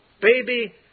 baby